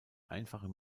einfachen